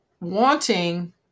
wanting